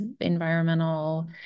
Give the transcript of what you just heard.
environmental